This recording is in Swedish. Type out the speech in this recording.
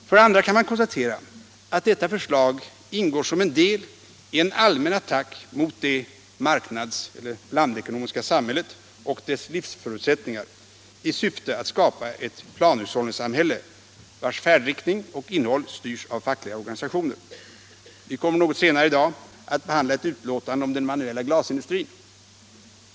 För det andra kan man konstatera att detta förslag ingår som en del i en allmän attack mot det blandekonomiska samhället och dess livsförutsättningar i syfte att skapa ett planhushållningssamhälle, vars färdriktning och innehåll styrs av fackliga organisationer. Vi kommer något senare i dag att behandla ett utlåtande om den manuella glasindustrin.